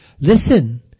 Listen